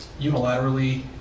unilaterally